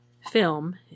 film